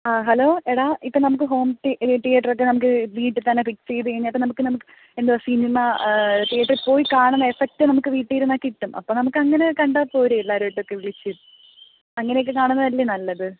ആ ഹലോ എടാ ഇപ്പം നമുക്ക് ഹോം തീയറ്റർ ഒക്കെ നമുക്ക് വീട്ടിൽത്തന്നെ ഫിക്സ് ചെയ്ത് കഴിഞ്ഞാൽ ഇപ്പം നമുക്ക് നമുക്ക് എന്താ സിനിമ തിയേറ്ററിൽപ്പോയി കാണുന്ന എഫെക്റ്റ് നമുക്ക് വീട്ടിൽ ഇരുന്നാൽ കിട്ടും അപ്പോൾ നമുക്ക് അങ്ങനെ കണ്ടാൽ പോരേ എല്ലാവരുമായിട്ട് ഒക്കെ വിളിച്ച് അങ്ങനെ ഒക്കെ കാണുന്നതല്ലേ നല്ലത്